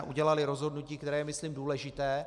Udělali jsme rozhodnutí, které je, myslím, důležité.